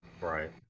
Right